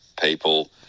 people